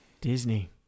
Disney